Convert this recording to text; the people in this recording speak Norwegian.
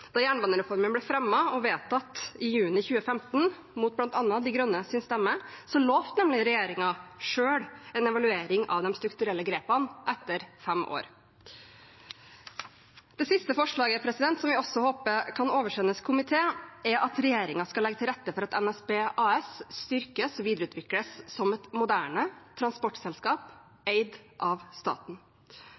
Da jernbanereformen ble fremmet og vedtatt i juni 2015, bl.a. mot De Grønnes stemme, lovte nemlig regjeringen selv en evaluering av de strukturelle grepene etter fem år. Det siste forslaget, som vi også håper kan oversendes komité, er at regjeringen skal legge til rette for at NSB AS styrkes og videreutvikles som et moderne transportselskap eid av staten.